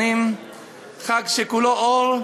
חג שכולו אור,